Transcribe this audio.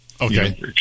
Okay